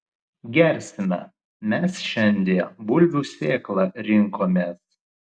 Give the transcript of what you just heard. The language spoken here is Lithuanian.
gersime mes šiandie bulvių sėklą rinkomės